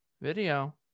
video